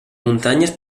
muntanyes